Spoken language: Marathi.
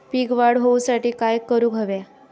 पीक वाढ होऊसाठी काय करूक हव्या?